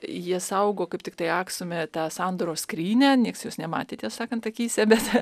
jie saugo kaip tiktai aksume tą sandoros skrynią nieks jos nematė tiesą sakant akyse bet